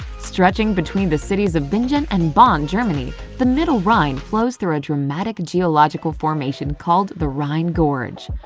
stretching between the cities of bingen and bonn, germany, the middle rhine flows through a dramatic geological formation called the rhine gorge.